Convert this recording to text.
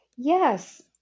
Yes